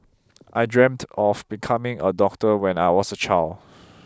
I dreamt of becoming a doctor when I was a child